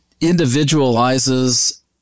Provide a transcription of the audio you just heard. individualizes